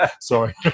Sorry